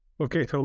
Okay